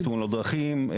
תאונות דרכים,